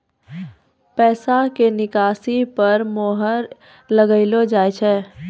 पैसा के निकासी पर मोहर लगाइलो जाय छै